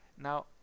Now